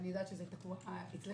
אני יודעת שזה תקוע אצלכם.